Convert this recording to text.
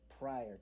prior